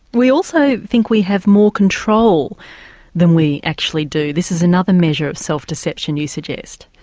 we also think we have more control than we actually do this is another measure of self-deception, you suggest.